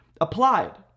applied